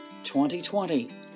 2020